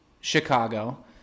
Chicago